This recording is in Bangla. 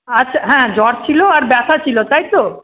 আচ্ছা হ্যাঁ জ্বর ছিল আর ব্যথা ছিল তাই তো